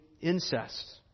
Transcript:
incest